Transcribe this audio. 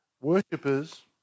Worshippers